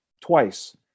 twice